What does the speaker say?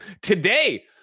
today